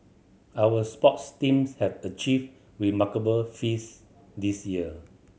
our sports teams have achieved remarkable feats this year